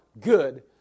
good